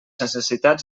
necessitats